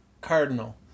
Cardinal